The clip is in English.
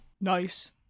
Nice